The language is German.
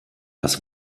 das